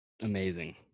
amazing